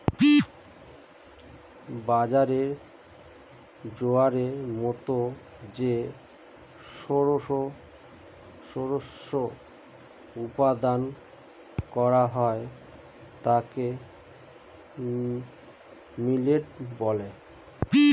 বাজরা, জোয়ারের মতো যে শস্য উৎপাদন করা হয় তাকে মিলেট বলে